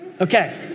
Okay